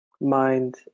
mind